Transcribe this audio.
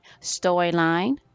storyline